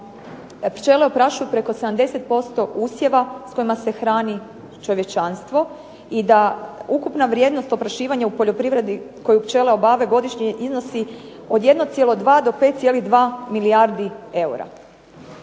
da pčele oprašuju preko 70% usjeva s kojima se hrani čovječanstvo, i da ukupna vrijednost oprašivanja u poljoprivredi koju pčele obave godišnje iznosi od 1,2 do 5,2 milijardi eura.